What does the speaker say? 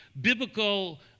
biblical